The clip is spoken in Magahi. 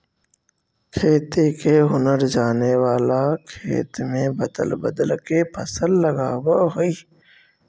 खेती के हुनर जाने वाला खेत में बदल बदल के फसल लगावऽ हइ